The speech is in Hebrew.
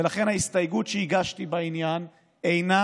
ולכן ההסתייגות שהגשתי בעניין אינה